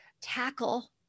tackle